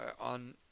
on